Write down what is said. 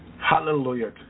Hallelujah